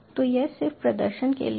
तो यह सिर्फ प्रदर्शन के लिए है